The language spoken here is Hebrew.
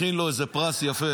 הג'ינג'י כבר מכין לו איזה פרס יפה.